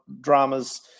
dramas